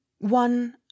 one